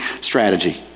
strategy